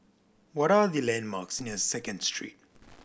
what are the landmarks near Second Street